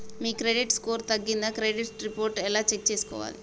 మీ credit score తగ్గిందా credit report ఎలా check చేసుకోవాలి?